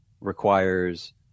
requires